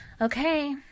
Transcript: Okay